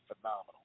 phenomenal